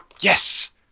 yes